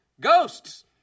ghosts